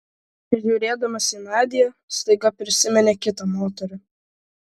žiūrėdamas į nadią staiga prisiminė kitą moterį